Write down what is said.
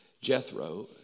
Jethro